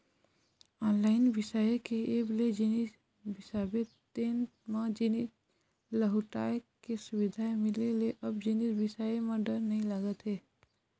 online बिसाए के app ले जिनिस बिसाबे तेन म जिनिस लहुटाय के सुबिधा मिले ले अब जिनिस बिसाए म डर नइ लागत हे